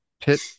pit